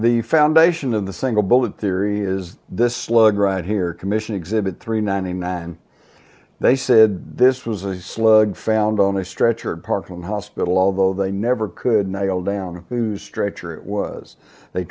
the foundation of the single bullet theory is this slug right here commission exhibit three ninety nine they said this was a slug found on a stretcher parkland hospital although they never could nail down whose stretcher it was they